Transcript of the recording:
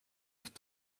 have